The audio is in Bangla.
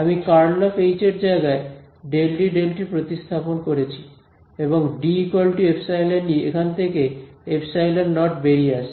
আমি ∇× H এর জায়গায় ∂D ∂t প্রতিস্থাপন করছি এবং D εE এখান থেকে ε 0 বেরিয়ে আসছে